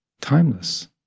timeless